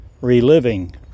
reliving